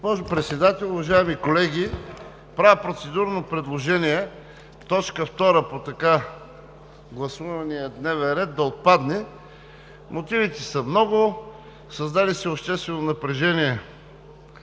Госпожо Председател, уважаеми колеги! Правя процедурно предложение точка втора от така гласувания дневен ред да отпадне. Мотивите са много. Създаде се обществено напрежение